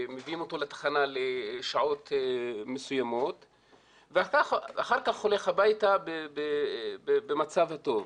ומביאים אותו לתחנה לשעות מסוימות ואחר כך הוא הולך הביתה במצב טוב.